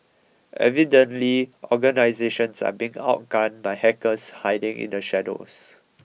evidently organisations are being outgunned by hackers hiding in the shadows